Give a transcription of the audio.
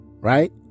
right